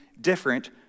different